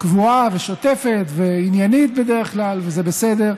קבועה ושוטפת, ועניינית בדרך כלל, וזה בסדר.